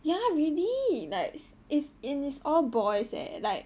ya really like it's and it's all boys eh like